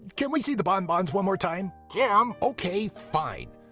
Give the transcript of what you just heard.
can we see the bon bons one more time? jim! ok, fine!